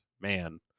man